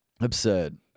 Absurd